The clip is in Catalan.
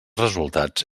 resultats